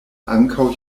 ankaŭ